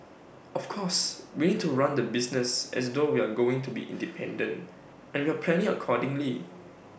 of course we need to run the business as though we're going to be independent and we're planning accordingly